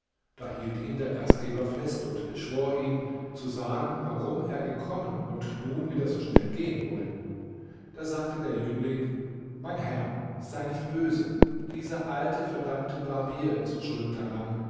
da hielt ihn der gastgeber fest und beschwor ihn zu sagen warum er gekommen und nun wieder so schnell gehen wolle da sagte der jüngling mein herr sei nicht böse dieser alte verdammte barbier ist schuld daran